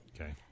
Okay